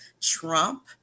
Trump